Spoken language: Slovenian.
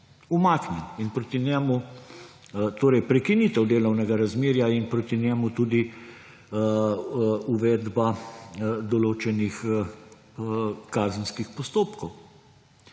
umaknjen. Torej, prekinitev delovnega razmerja in proti njemu tudi uvedba določenih kazenskih postopkov.